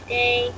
day